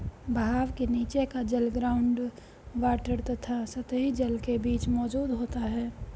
बहाव के नीचे का जल ग्राउंड वॉटर तथा सतही जल के बीच मौजूद होता है